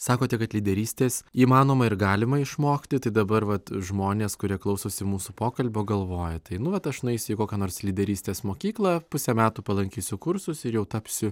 sakote kad lyderystės įmanoma ir galima išmokti tai dabar vat žmonės kurie klausosi mūsų pokalbio galvoja tai nu vat aš nueisiu į kokią nors lyderystės mokyklą pusę metų palankysiu kursus ir jau tapsiu